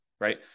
Right